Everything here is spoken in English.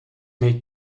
make